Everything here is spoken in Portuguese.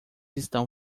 estão